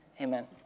Amen